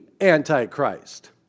Antichrist